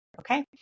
okay